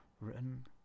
written